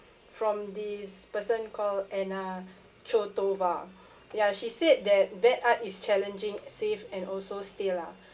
from this person called anna chotova ya she said that bad art is challenging safe and also still lah